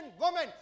woman